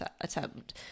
attempt